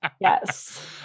Yes